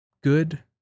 good